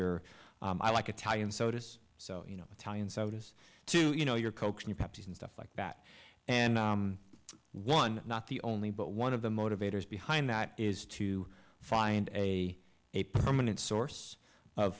your i like italian sodas so you know italian sodas to you know your coke and pepsi and stuff like that and one not the only but one of the motivators behind that is to find a a permanent source of